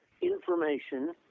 information